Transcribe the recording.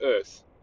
earth